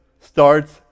starts